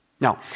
Now